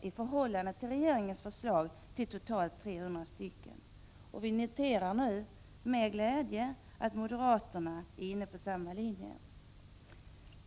i förhållande till regeringens förslag till 300 platser. Vi noterar nu med glädje att moderaterna är inne på samma linje.